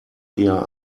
eher